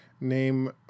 Name